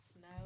no